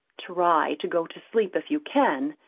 try to go to sleep if you can.